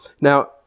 Now